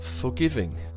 Forgiving